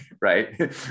right